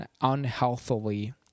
unhealthily